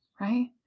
right